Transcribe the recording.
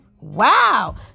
wow